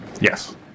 Yes